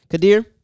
Kadir